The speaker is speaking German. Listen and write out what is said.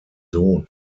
sohn